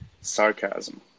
sarcasm